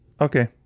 okay